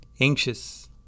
anxious